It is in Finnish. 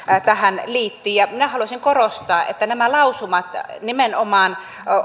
tähän liitti minä haluaisin korostaa että nämä lausumat nimenomaan